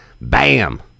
bam